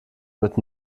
mit